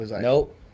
Nope